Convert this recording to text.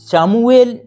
Samuel